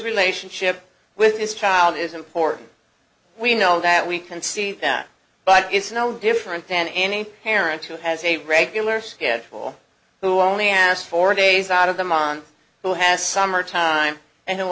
relationship with his child is important we know that we can see that but it's no different than any parent who has a regular schedule who only has four days out of them on who has summer time and who